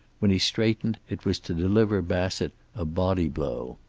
when he straightened it was to deliver bassett a body blow.